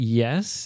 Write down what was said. yes